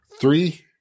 Three